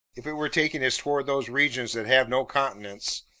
if it were taking us toward those regions that have no continents,